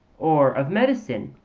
or of medicine,